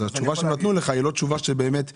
התשובה שנתנו לך היא לא תשובה שבאמת עונה.